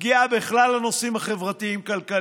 פגיעה בכלל הנושאים החברתיים-כלכליים,